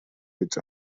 гэж